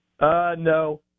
no